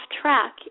track